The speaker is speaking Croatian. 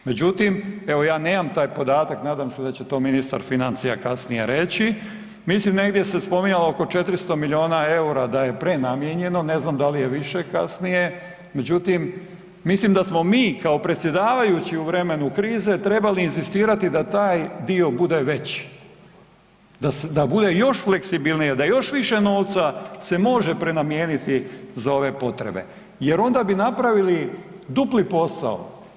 Međutim, evo ja nemam taj podatak nadam se da će to ministar financija kasnije reći, mislim negdje se spominjalo oko 400 miliona EUR-a da je prenamijenjeno, ne znam da li je više kasnije, međutim da smo mi kao predsjedavajući u vrijeme krize trebali inzistirati da taj dio bude veći, da bude još fleksibilnije, da još više novca se može prenamijeniti za ove potrebe jer onda bi napravili dupli posao.